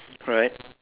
alright